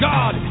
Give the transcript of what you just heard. God